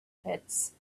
pits